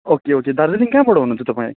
okay okay Darjeeling कहाँबाट हुनु हुन्छ तपाईँ